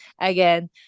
again